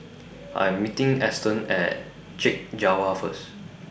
I Am meeting Eston At Chek Jawa First